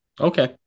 okay